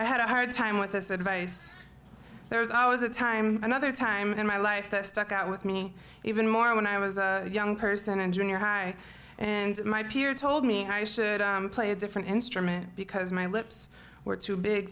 i had a hard time with this advice there was always a time another time in my life that stuck out with me even more when i was a young person in junior high and my peer told me i should play a different instrument because my lips were too big